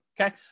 okay